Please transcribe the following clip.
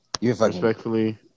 Respectfully